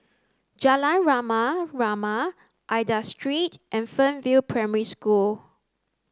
Jalan Rama Rama Aida Street and Fernvale Primary School